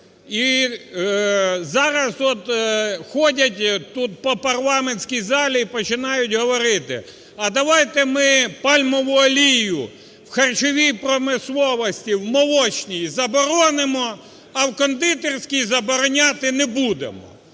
І зараз от ходять тут по парламентській залі, починають говорити: а давайте ми пальмову олію в харчовій промисловості, в молочній – заборонимо, а в кондитерській забороняти не будемо.